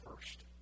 first